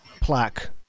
plaque